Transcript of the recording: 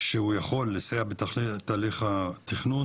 שהוא יכול לסייע בתהליך התכנון.